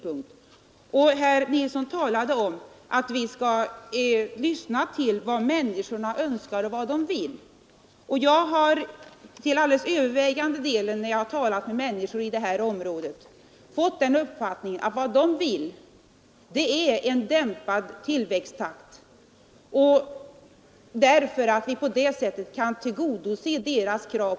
Herr Nilsson i Stockholm talade om att vi skall lyssna till vad människorna önskar och vill. Jag har till alldeles övervägande delen, när jag talat med människor i det här området, fått uppfattningen att vad de vill är en dämpad tillväxttakt, därför att vi på det sättet bättre kan tillgodose deras krav.